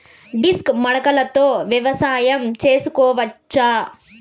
Disc మడకలతో వ్యవసాయం చేసుకోవచ్చా??